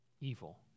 evil